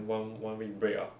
then one one week break ah